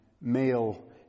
male